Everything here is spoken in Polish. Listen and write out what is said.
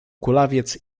kulawiec